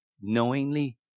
knowingly